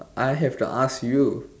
I have to ask you